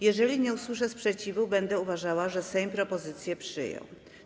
Jeżeli nie usłyszę sprzeciwu, będę uważała, że Sejm propozycję przyjął.